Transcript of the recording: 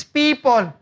people